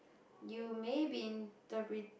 you may be interpreting